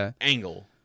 angle